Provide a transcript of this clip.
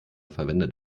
verwendet